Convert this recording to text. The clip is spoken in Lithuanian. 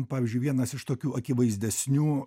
pavyzdžiui vienas iš tokių akivaizdesnių